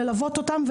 ללוות אותם,